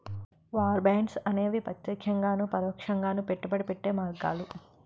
war bonds అనేవి ప్రత్యక్షంగాను పరోక్షంగాను పెట్టుబడి పెట్టే మార్గాలు